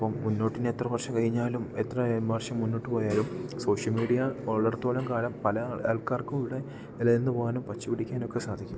അപ്പം മുന്നോട്ട് ഇനി എത്ര വർഷം കഴിഞ്ഞാലും എത്ര വർഷം മുന്നോട്ട് പോയാലും സോഷ്യൽ മീഡിയ ഉള്ളിടത്തോളം കാലം പല ആൾക്കാർക്കും ഇവിടെ നില നിന്ന് പോകാനും പച്ച പിടിക്കാനുമൊക്കെ സാധിക്കും